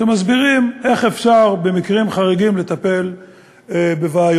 שמסבירים איך אפשר במקרים חריגים לטפל בבעיות.